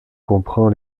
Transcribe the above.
comprend